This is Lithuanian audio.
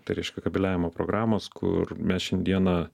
tai reiškia kabeliavimo programos kur mes šiandieną